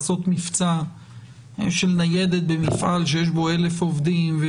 לעשות מבצע של ניידת במפעל שיש בו אלף עובדים.